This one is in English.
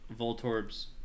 voltorb's